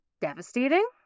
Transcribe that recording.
devastating